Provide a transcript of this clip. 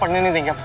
um anything